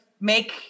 make